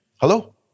Hello